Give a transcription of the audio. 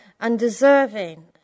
undeserving